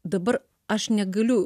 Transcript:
dabar aš negaliu